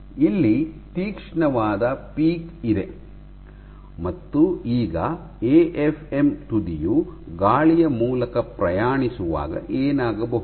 ಇಲ್ಲಿ ತೀಕ್ಷ್ಣವಾದ ಪೀಕ್ ಇದೆ ಮತ್ತು ಈಗ ಎಎಫ್ಎಂ ತುದಿಯು ಗಾಳಿಯ ಮೂಲಕ ಪ್ರಯಾಣಿಸುವಾಗ ಏನಾಗಬಹುದು